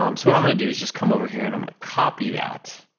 um so what i'm gonna do is just come over here and i'm gonna copy that,